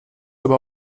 aber